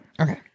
Okay